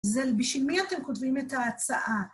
זה בשביל מי אתם כותבים את ההצעה.